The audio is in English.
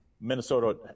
Minnesota